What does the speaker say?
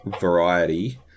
variety